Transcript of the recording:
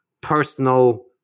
personal